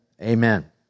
Amen